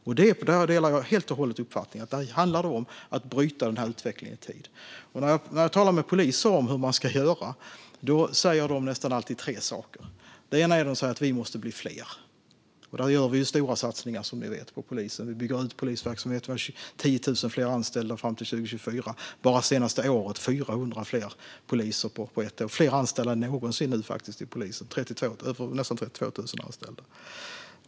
Där delar jag helt och hållet uppfattningen att det handlar om att bryta utvecklingen i tid. När jag talar med poliser om hur man ska göra säger de nästan alltid tre saker. Det första är att de måste bli fler. Som ni vet gör vi stora satsningar på polisen. Vi bygger ut polisverksamheten med 10 000 fler anställda fram till 2024. Bara det senaste året har det tillkommit 400 poliser. Det är fler anställda än någonsin vid polisen, nästan 32 000.